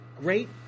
great